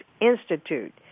Institute